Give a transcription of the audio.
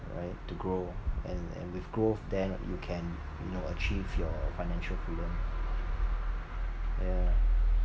right to grow and and with growth then you can you know achieve your financial freedom yeah